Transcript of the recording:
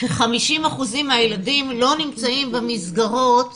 כ-50 אחוזים מהילדים לא נמצאים במסגרות